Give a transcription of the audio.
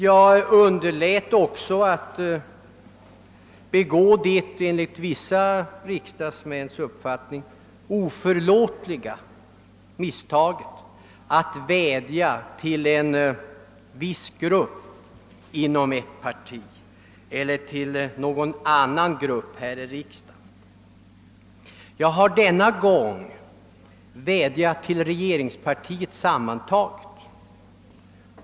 Jag begick däri inte det enligt vissa riksdagsmäns uppfattning oförlåtliga felet att vädja till en viss grupp inom ett parti eller till någon grupp här i riksdagen. Denna gång vädjade jag till regeringspartiet i dess helhet.